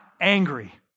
angry